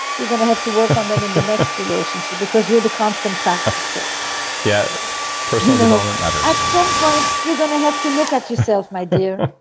you're going to have to work on them in the next relationship because you're the constant factor factor yeah personal development matters at some point you're going to have to look at yourself, my dear.